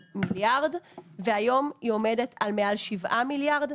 והנתון הזה מפורט בדברי ההסבר,